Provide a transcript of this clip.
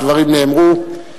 הדברים נאמרו.